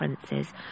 differences